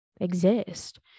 exist